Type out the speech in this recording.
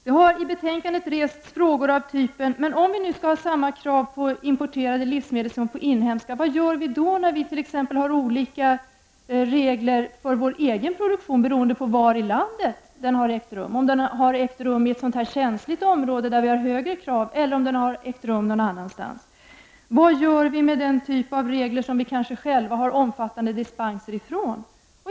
Det har i betänkandet rests frågor av typen: Om vi nu skall ha samma krav på importerade livsmedel som på inhemska, vad gör vi då när vi t.ex. har olika regler för vår egen produktion, beroende på var i landet produktionen har ägt rum, om den har ägt rum i ett känsligt område med högre krav eller någon annanstans? Vad gör vi med den typ av regler som vi kanske själva har omfattande dispenser från?